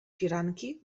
firanki